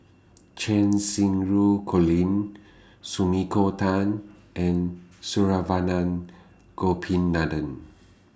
Cheng Xinru Colin Sumiko Tan and Saravanan Gopinathan